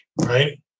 right